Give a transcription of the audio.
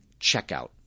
checkout